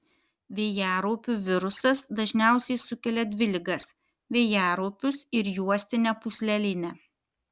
vėjaraupių virusas dažniausiai sukelia dvi ligas vėjaraupius ir juostinę pūslelinę